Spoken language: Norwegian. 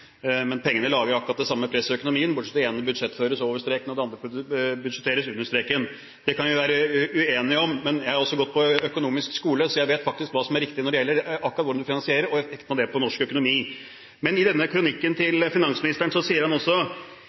Men pengene lager jo akkurat det samme presset i økonomien, bortsett fra at de første budsjettføres over streken og de andre budsjetteres under streken. Det kan vi være uenige om, men jeg har også gått på økonomisk skole, så jeg vet faktisk hva som er riktig når det gjelder akkurat hvordan man finansierer og prioriterer i norsk økonomi. I kronikken sier finansministeren